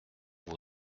vos